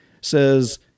says